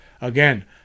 Again